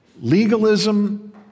legalism